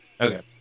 Okay